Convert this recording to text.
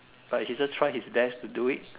but he just try his best to do it